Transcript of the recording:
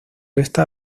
esta